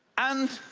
and.